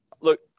Look